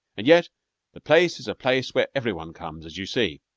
and yet the place is a place where every one comes, as you see.